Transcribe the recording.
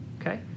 Okay